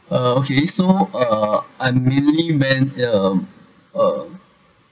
uh okay so uh I'm really meant um uh